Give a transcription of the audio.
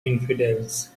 infidels